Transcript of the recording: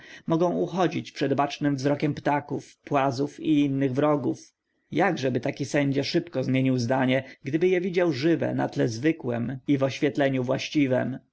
mogą uchodzić przed bacznym wzrokiem ptaków płazów i innych wrogów jakżeby taki sędzia szybko zmienił zdanie gdyby je widział żywe na tle zwykłem i w oświetleniu właściwem